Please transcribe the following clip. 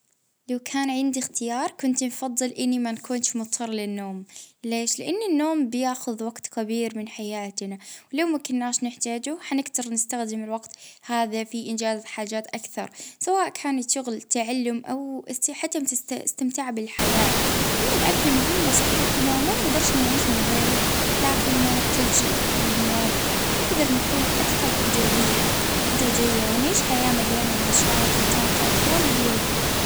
آ منفضلش إني نكون مضطرة للأكل باش نوفر وجت وفلوس ونجدر نركز على أمور تانية.